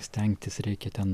stengtis reikia ten